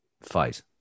fight